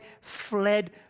fled